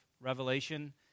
Revelation